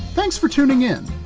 thanks for tuning in.